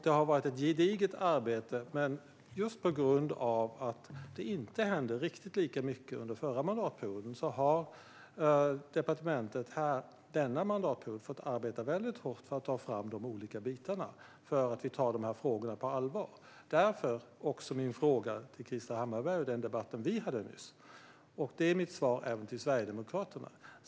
Det har varit ett gediget arbete, men just på grund av att det inte hände riktigt lika mycket under förra mandatperioden har departementet denna mandatperiod fått arbeta väldigt hårt för att ta fram de olika bitarna. Vi tar dessa frågor på allvar - därav min fråga till Krister Hammarbergh i den debatt vi hade nyss, och detta är mitt svar även till Sverigedemokraterna.